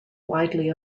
widely